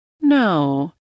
No